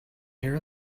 here